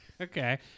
Okay